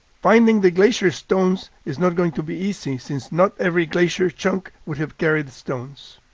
finding the glacier stones is not going to be easy since not every glacier chunk would have carried stones.